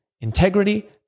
integrity